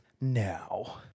now